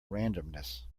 randomness